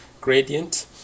gradient